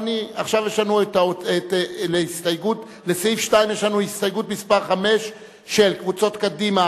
עכשיו יש לנו לסעיף 2 הסתייגות מס' 5 של קבוצות קדימה,